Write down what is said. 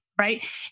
right